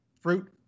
Fruit